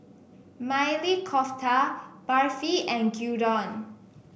Maili Kofta Barfi and Gyudon